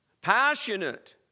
Passionate